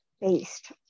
based